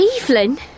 Evelyn